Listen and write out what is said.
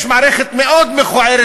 יש מערכת מאוד מכוערת,